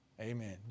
Amen